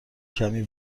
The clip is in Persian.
کمی